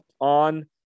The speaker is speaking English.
on